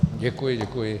Děkuji, děkuji.